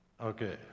Okay